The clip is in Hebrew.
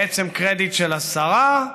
בעצם קרדיט של השרה,